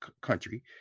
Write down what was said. country